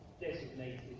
designated